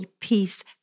peace